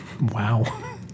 Wow